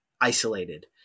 isolated